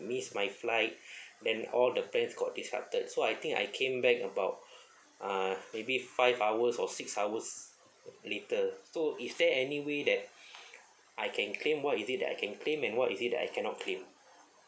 missed my flight then all the planes got disrupted so I think I came back about uh maybe five hours or six hours later so is there any way that I can claim what is it that I can claim and what is it I cannot claim